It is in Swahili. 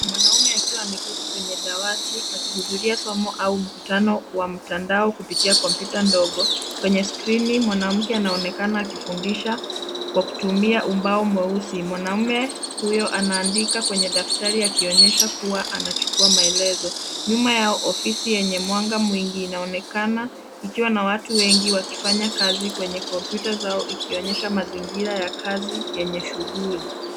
Mwanaume akiwa ameketi kwenye dawati akihudhuria somo au mkutano wa mtandao kupitia kompyuta ndogo. Kwenye skrini mwanamke anaonekana akifundisha kwa kutumia ubao mweusi. Mwanaume huyo anaandika kwenye daftari akionyesha kuwa anachukua maelezo. Nyuma yao ofisi yenye mwanga mwingi inaonekana ikiwa na watu wengi wakifanya kazi kwenye kompyuta zao, ikionyesha mazingira ya kazi yenye shughuli.